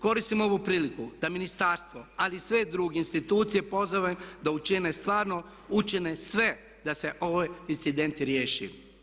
Koristim ovu priliku da ministarstvo ali i sve drgue institucije pozovem da učine stvarno, učine sve da se ovaj incident riješi.